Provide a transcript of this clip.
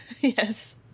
Yes